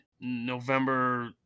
November